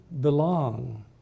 belong